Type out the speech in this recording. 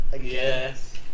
Yes